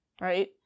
right